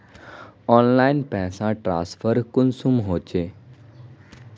Online पैसा transfer कुंसम होचे?